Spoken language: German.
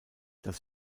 das